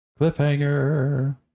Cliffhanger